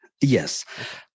Yes